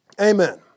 Amen